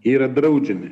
yra draudžiami